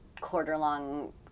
quarter-long